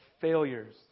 failures